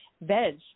veg